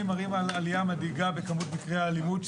מראים על עלייה מדאיגה בכמות מקרי האלימות,